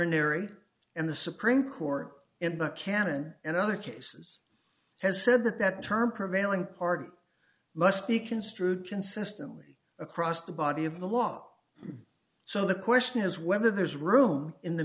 in the supreme court in the canon and other cases has said that that term prevailing party must be construed consistently across the body of the law so the question is whether there is room in the